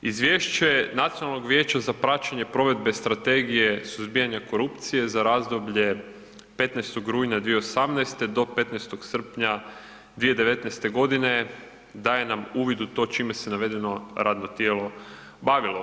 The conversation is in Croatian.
Izvješće Nacionalnog vijeća za praćenje provedbe strategije suzbijanja korupcije za razdoblje 15. rujna 2018. do 15. srpnja 2019. g. daje nam uvid u to čime se navedeno radno tijelo bavilo.